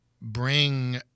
bring